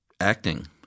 acting